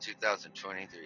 2023